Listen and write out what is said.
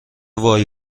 وای